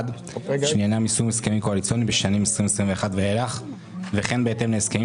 שעניינה יישום הסכמים קואליציוניים בשנים 2021 ואילך וכן בהתאם להסכמים